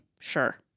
Sure